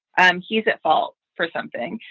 um he's at fault for something.